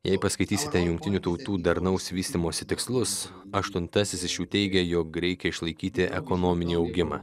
jei paskaitysite jungtinių tautų darnaus vystymosi tikslus aštuntasis iš jų teigia jog reikia išlaikyti ekonominį augimą